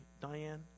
Diane